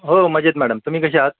हो मजेत मॅडम तुम्ही कसे आहात